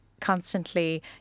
constantly